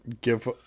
give